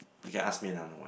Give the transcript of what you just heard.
you can ask me another one